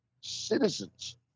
Citizens